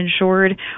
insured